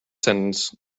sentence